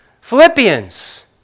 Philippians